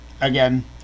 again